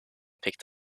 picked